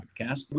podcast